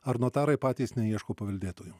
ar notarai patys neieško paveldėtojų